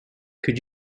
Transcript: could